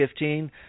2015